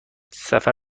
سفر